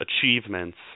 achievements